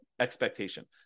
expectation